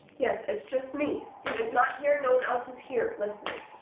yes, it's just me. stephen's not here no one else is here listening.